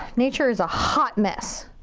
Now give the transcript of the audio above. nature is a hot mess.